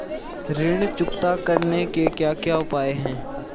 ऋण चुकता करने के क्या क्या उपाय हैं?